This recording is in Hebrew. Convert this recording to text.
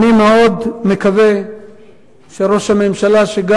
אני מאוד מקווה שראש הממשלה,